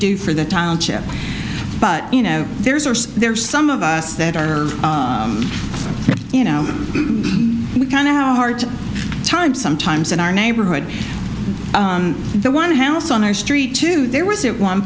do for the township but you know there's are there some of us that are you know we kind of how hard time sometimes in our neighborhood the one house on our street to there was it one